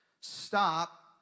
Stop